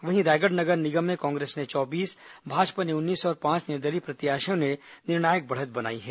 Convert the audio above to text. वहीं रायगढ़ नगर निगम में कांग्रेस ने चौबीस भाजपा ने उन्नीस और पांच निर्दलीय प्रत्याशियों ने निर्णायक बढ़त बनाई है